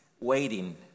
waiting